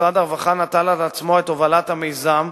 משרד הרווחה נטל על עצמו את הובלת המיזם